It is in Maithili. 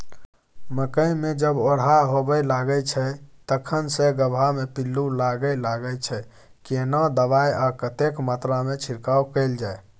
मकई मे जब ओरहा होबय लागय छै तखन से गबहा मे पिल्लू लागय लागय छै, केना दबाय आ कतेक मात्रा मे छिरकाव कैल जाय?